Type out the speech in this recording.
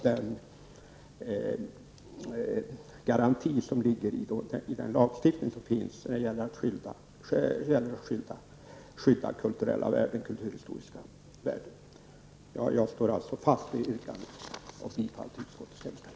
Det ligger också en garanti i lagen när det gäller att skydda kulturella och kulturhistoriska värden. Jag står således fast vid mitt yrkande om bifall till utskottets hemställan.